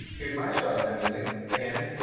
here's my straw that i'm using. again,